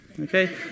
okay